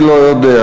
אני לא יודע